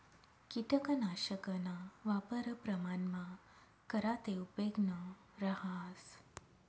किटकनाशकना वापर प्रमाणमा करा ते उपेगनं रहास